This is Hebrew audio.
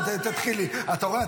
אתה רואה?